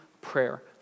prayer